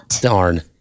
darn